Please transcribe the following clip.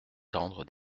tendre